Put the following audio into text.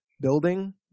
building